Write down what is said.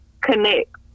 connect